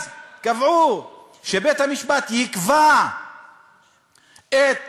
אז קבעו שבית-המשפט יקבע את